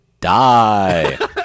die